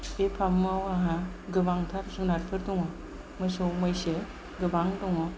बे फामुआव आंहा गोबांथार जुनारफोर दङ मोसौ मैसो गोबां दङ